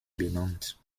benannt